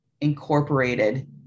incorporated